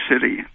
City